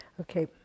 Okay